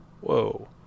Whoa